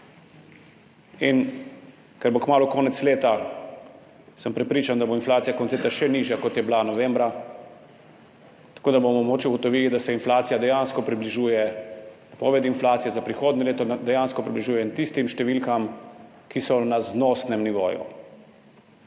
Ker bo kmalu konec leta, sem prepričan, da bo inflacija konec leta še nižja, kot je bila novembra, tako da bomo mogoče ugotovili, da se napovedi inflacije za prihodnje leto dejansko približujejo tistim številkam, ki so na znosnem nivoju.